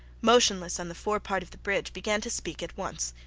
motionless on the forepart of the bridge, began to speak at once.